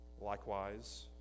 Likewise